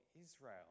Israel